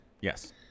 Yes